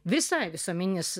visai visuomeninis